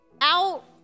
out